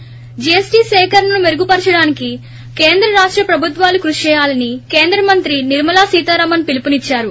ి జీఎస్టీ సేకరణను మెరుగుపరచడానికి కేంద్ర రాష్టా ప్రభుత్వాలు కృషి చేయాలని కేంద్ర మంత్రి నిర్మ లా సీతారామన్ పిలుపునిచ్చారు